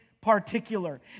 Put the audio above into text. particular